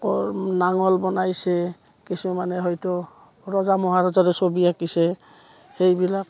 কোৰ নাঙল বনাইছে কিছুমানে হয়তো ৰজা মহাৰজৰে ছবি আঁকিছে সেইবিলাক